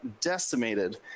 decimated